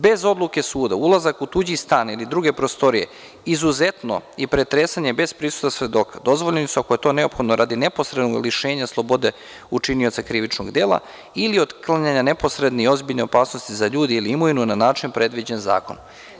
Bez odluke suda ulazak u tuđi stan ili druge prostorije, izuzetno, i pretresanje bez prisustva svedoka dozvoljeni su ako je to neophodno radi neposrednog lišenja slobode učinioca krivičnog dela ili otklanjanja neposredni i ozbiljne opasnosti za ljude ili imovinu na način predviđen zakonom.